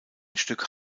stück